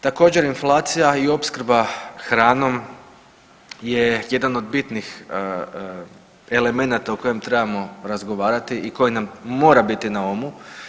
Također inflacija i opskrba hranom je jedan od bitnih elemenata o kojem trebamo razgovarati i koji nam mora biti na umu.